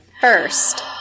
first